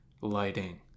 lighting